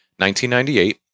1998